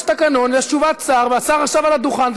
יש תקנון, יש תשובת שר, והשר עכשיו על הדוכן.